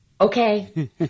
okay